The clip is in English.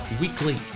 weekly